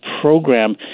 program